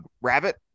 Rabbit